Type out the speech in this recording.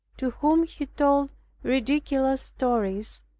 to whom he told ridiculous stories,